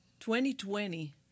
2020